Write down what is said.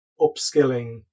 upskilling